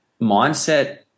mindset